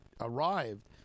arrived